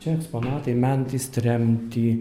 čia eksponatai menantys tremtį